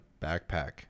backpack